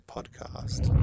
Podcast